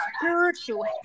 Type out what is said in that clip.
spiritual